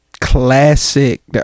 classic